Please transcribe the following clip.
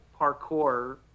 parkour